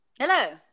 Hello